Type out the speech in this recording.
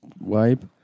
Wipe